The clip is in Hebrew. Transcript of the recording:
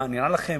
מה, נראה לכם